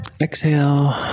exhale